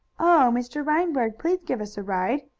oh, mr. reinberg, please give us a ride!